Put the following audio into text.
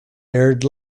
aired